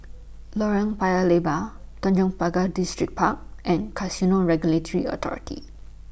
Lorong Paya Lebar Tanjong Pagar Distripark and Casino Regulatory Authority